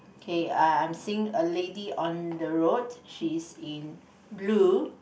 K I I'm seeing a lady on the road she is in blue